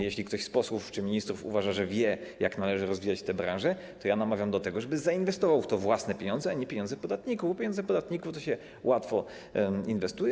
Jeśli ktoś z posłów czy ministrów uważa, że wie, jak należy rozwijać tę branżę, to ja namawiam do tego, żeby zainwestował w to własne pieniądze, a nie pieniądze podatników, bo pieniądze podatników to się łatwo inwestuje.